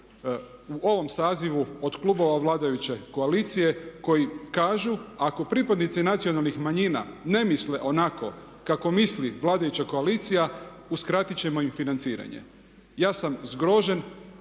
u ovom sazivu od klubova vladajuće koalicije koji kažu ako pripadnici nacionalnih manjina ne misle onako kako misli vladajuća koalicija uskratiti ćemo im financiranje. Ja sam zgrožen,